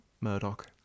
Murdoch